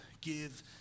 give